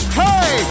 hey